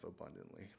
abundantly